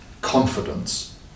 confidence